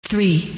Three